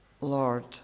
Lord